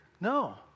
No